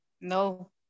No